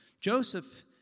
Joseph